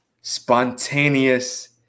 spontaneous